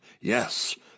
Yes